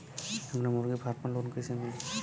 हमरे मुर्गी फार्म पर लोन कइसे मिली?